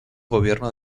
gobierno